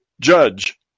judge